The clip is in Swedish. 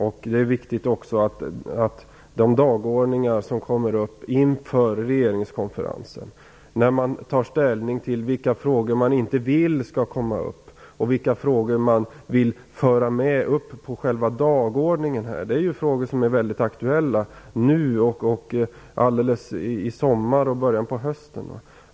Det är också viktigt när det gäller de dagordningar som kommer upp inför regeringskonferensen när man tar ställning till vilka frågor man inte vill skall komma upp och vilka frågor man vill föra upp på dagordningen. Det är frågor som är väldigt aktuella nu, i sommar och i början av hösten.